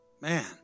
Man